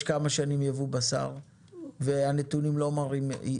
יש כמה שנים ייבוא בשר והנתונים לא מראים ירידה.